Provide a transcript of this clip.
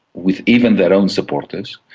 with even their own supporters,